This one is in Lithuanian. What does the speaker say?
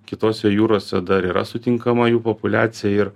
kitose jūrose dar yra sutinkama jų populiacija ir